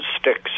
sticks